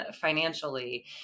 financially